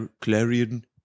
Clarion